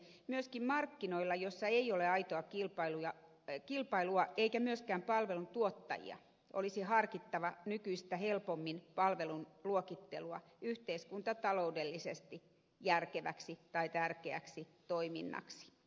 myöskin markkinoilla joilla ei ole aitoa kilpailua eikä myöskään palveluntuottajia olisi harkittava nykyistä helpommin palvelun luokittelua yhteiskuntataloudellisesti järkeväksi tai tärkeäksi toiminnaksi